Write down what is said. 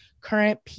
current